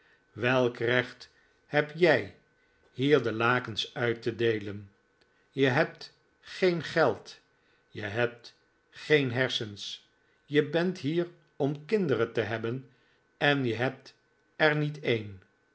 welk recht heb jij hier de lakens uit te deelen je hebt geen geld je hebt geen hersens je bent hier om kinderen te hebben en je hebt er niet een